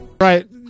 right